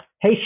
hey